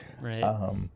right